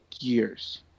years